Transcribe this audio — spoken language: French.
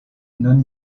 non